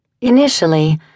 Initially